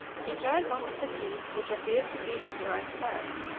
he tried one of the keys, which appeared to be of the right size,